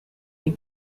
den